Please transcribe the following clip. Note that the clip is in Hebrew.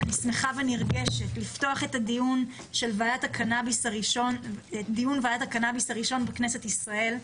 אני שמחה ונרגשת לפתוח את דיון ועדת הקנאביס הראשון בכנסת ישראל.